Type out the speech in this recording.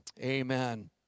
Amen